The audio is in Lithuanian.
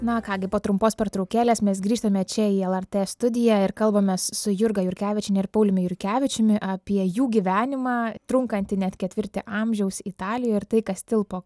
na ką gi po trumpos pertraukėlės mes grįžtame čia į lrt studiją ir kalbamės su jurga jurkevičiene ir pauliumi jurkevičiumi apie jų gyvenimą trunkantį net ketvirtį amžiaus italijoje ir tai kas tilpo